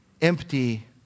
empty